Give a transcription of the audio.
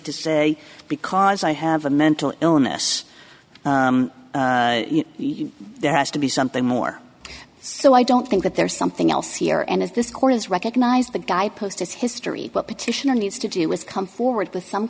to say because i have a mental illness there has to be something more so i don't think that there's something else here and if this court has recognized the guy posted history what petitioner needs to do is come forward with some